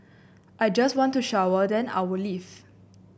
I just want to shower then I'll leave